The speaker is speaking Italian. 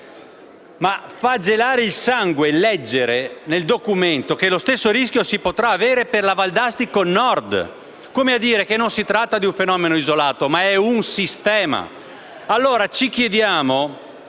Ma fa gelare il sangue leggere nel documento che lo stesso rischio si potrà avere per la Val d'Astico Nord, come a dire che non si tratta di un fenomeno isolato, ma di un sistema.